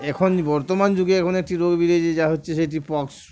এখন বর্তমান যুগে এখন একটি রোগ বেড়িয়েছে যা হচ্ছে সেটি পক্স